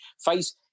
face